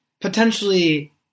potentially